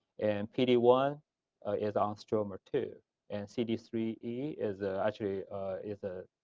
and pd one is on stroma two and cd three e is actually is a